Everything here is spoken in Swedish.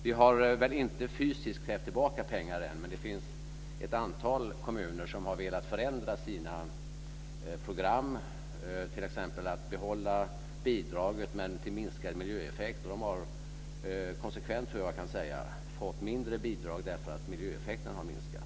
Vi har väl inte fysiskt krävt tillbaka pengar än, men det finns ett antal kommuner som har velat förändra sina program, t.ex. att behålla bidraget men minska miljöeffekten. De har konsekvent, kan jag säga, fått mindre bidrag därför att miljöeffekten har minskat.